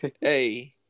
Hey